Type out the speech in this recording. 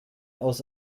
aus